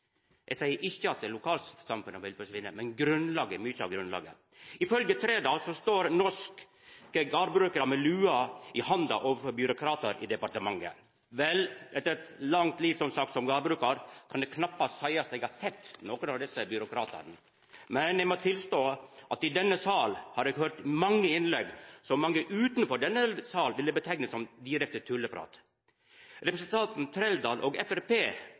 Eg seier ikkje at lokalsamfunna vil forsvinna, men mykje av grunnlaget. Ifølgje Trældal står norske gardbrukarar med lua i handa overfor byråkratar i departementet. Vel, etter eit langt liv, som sagt, som gardbrukar, kan eg knappast seia at eg har sett nokon av desse byråkratane. Men eg må tilstå at i denne salen har eg høyrt mange innlegg som mange utanfor denne salen ville kalla for direkte tullprat. Representanten Trældal og